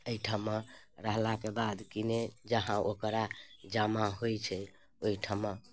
एहिठमा रहलाके बाद किने जहाँ ओकरा जमा होइत छै ओहिठमा